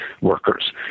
workers